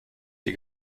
sie